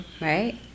right